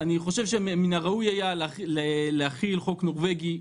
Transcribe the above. אני חושב שמן הראוי היה להחיל חוק נורבגי מלא,